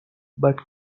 but